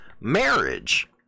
marriage